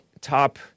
top